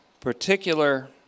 particular